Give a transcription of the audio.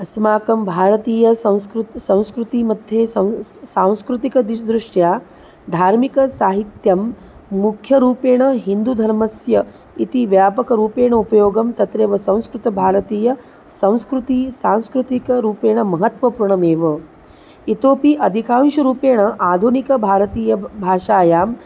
अस्माकं भारतीयसंस्कृतिः संस्कृतिमध्ये सं सांस्कृतिकादिदृष्ट्या धार्मिकसाहित्यं मुख्यरूपेण हिन्दुधर्मस्य इति व्यापकरूपेण उपयोगं तत्रैव संस्कृतं भारतीयसंस्कृतिः सांस्कृतिकरूपेण महत्त्वपूर्णमेव इतोऽपि अधिकांशरूपेण आधुनिकभारतीयभाषायां